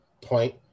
point